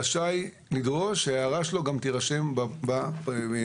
רשאי לדרוש שההערה שלו גם תירשם בפרוטוקול.